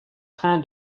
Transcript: train